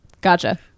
Gotcha